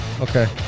Okay